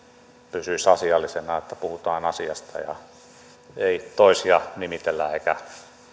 pysyisi asiallisena että puhutaan asiasta ja ei toisia nimitellä eikä